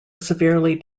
severely